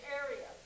area